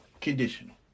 Conditional